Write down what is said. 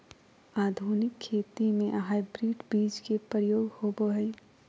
आधुनिक खेती में हाइब्रिड बीज के प्रयोग होबो हइ